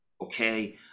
okay